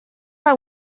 our